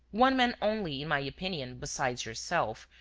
one man only, in my opinion, besides yourself,